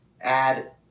add